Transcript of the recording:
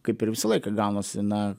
kaip ir visą laiką gaunasi na